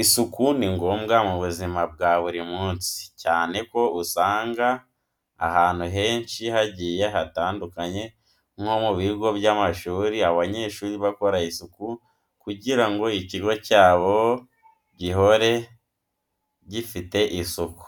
Isuku ni ngombwa mu buzima bwa buri munsi, cyane ko usanga ahantu henci hajyiye hatandukanye nko mu bigo by'amashuri, abanyeshuri bakora isuku kujyira ngo icyigo cyabo jyihore jyifite isuku.